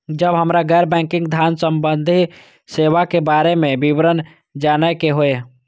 जब हमरा गैर बैंकिंग धान संबंधी सेवा के बारे में विवरण जानय के होय?